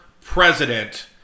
president